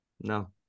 No